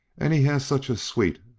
and he has such a sweet,